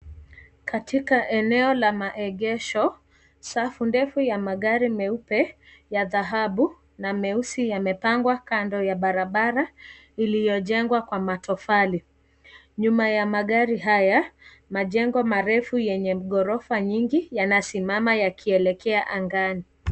Katika eneo la maegesho, safu ndefu ya magari meupe, ya dhahabu na meusi yamepangwa kando ya barabara iliyojengwa kwa matofali, nyuma ya magari haya majengo marefu yenye ghorofa nyingi yanasimama yakielekea angani.